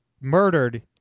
murdered